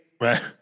Right